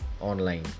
online